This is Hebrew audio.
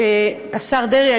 השר דרעי,